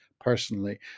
personally